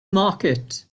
market